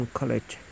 college